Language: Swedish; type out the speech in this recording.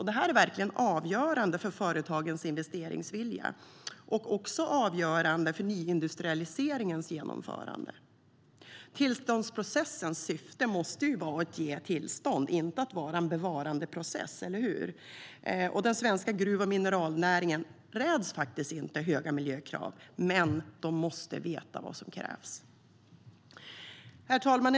Det här är verkligen avgörande för företagens investeringsvilja och också avgörande för nyindustrialiseringens genomförande. Herr talman!